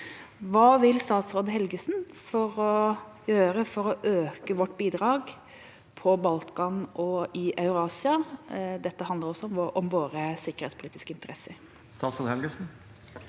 Hva vil statsråd Helgesen gjøre for å øke vårt bidrag på Balkan og i Eurasia? Dette handler også om våre sikkerhetspolitiske interesser. Statsråd Vidar Helgesen